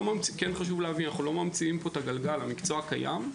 חשוב להבין שאנחנו לא ממציאים את הגלגל המקצוע קיים.